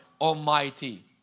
Almighty